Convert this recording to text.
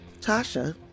tasha